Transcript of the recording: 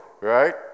right